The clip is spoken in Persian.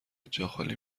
جاخالی